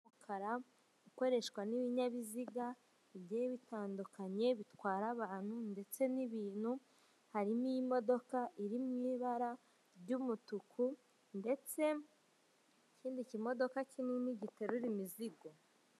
Umukara ukoreshwa n'ibinyabiziga bigiye bitandukanye bitwara abantu ndetse n'ibintu, harimo imodoka iri mw'ibara ry'umutuku ndetse n'ikindi kimodoka kinini giterura imizigo.